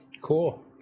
Cool